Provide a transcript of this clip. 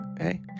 hey